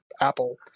apple